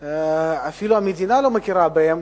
שאפילו המדינה לא מכירה בהם,